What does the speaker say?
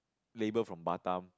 labour from Batam